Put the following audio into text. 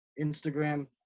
instagram